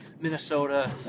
Minnesota